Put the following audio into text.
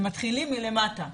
הם מתחילים מלמטה,